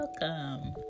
Welcome